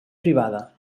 privada